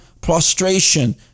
prostration